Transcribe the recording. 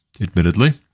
admittedly